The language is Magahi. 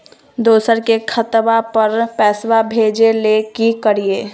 दोसर के खतवा पर पैसवा भेजे ले कि करिए?